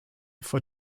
for